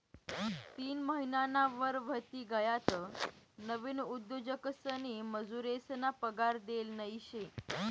तीन महिनाना वर व्हयी गयात नवीन उद्योजकसनी मजुरेसना पगार देल नयी शे